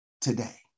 today